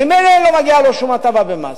ממילא לא מגיעה לו שום הטבה במס,